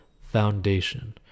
foundation